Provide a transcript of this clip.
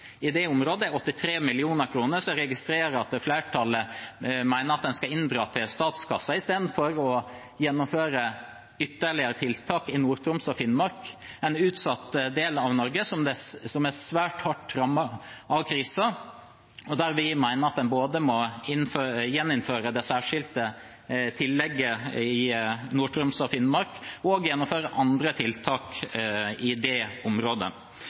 i det området – 83 mill. kr, registrerer jeg at flertallet mener en skal inndra til statskassen, i stedet for å gjennomføre ytterligere tiltak i Nord-Troms og Finnmark, en utsatt del av Norge, som er svært hardt rammet av krisen. Vi mener at en både må gjeninnføre det særskilte tillegget i Nord-Troms og Finnmark og gjennomføre andre tiltak i det området.